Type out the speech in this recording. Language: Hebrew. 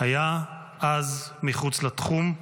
היה אז מחוץ לתחום.